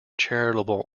charitable